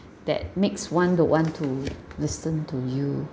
that makes one don't want to listen to you